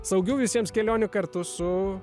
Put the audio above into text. saugių visiems kelionių kartu su